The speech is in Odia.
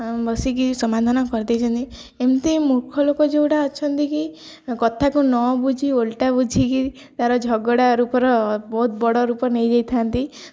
ବସିକି ସମାଧାନ କରିଦେଇଛନ୍ତି ଏମିତି ମୂର୍ଖ ଲୋକ ଯେଉଁଟା ଅଛନ୍ତି କି କଥାକୁ ନ ବୁଝି ଓଲଟା ବୁଝିକି ତାର ଝଗଡ଼ା ରୂପର ବହୁତ ବଡ଼ ରୂପ ନେଇଯାଇଥାନ୍ତି